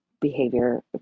behavior